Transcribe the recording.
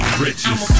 Riches